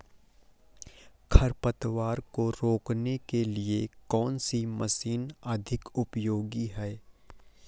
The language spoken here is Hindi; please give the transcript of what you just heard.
खरपतवार को रोकने के लिए कौन सी मशीन अधिक उपयोगी है?